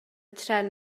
trên